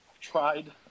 tried